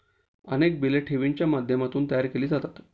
अनेक बिले ठेवींच्या माध्यमातून तयार केली जातात